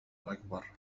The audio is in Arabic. الأكبر